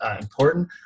important